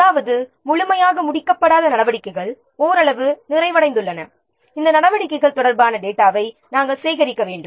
அதாவது முழுமையாக முடிக்கப்படாத நடவடிக்கைகள் ஓரளவு நிறைவடைந்துள்ளன இந்த நடவடிக்கைகள் தொடர்பான டேட்டாவை நாம் சேகரிக்க வேண்டும்